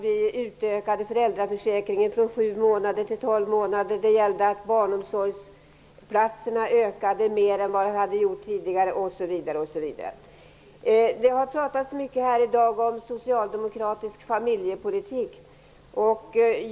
Vi utökade föräldraförsäkringen från sju månader till tolv månader. Barnomsorgsplatserna ökade mer än vad de hade gjort tidigare osv. De har talats mycket här i dag om socialdemokratisk familjepolitik.